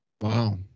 wow